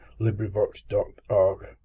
LibriVox.org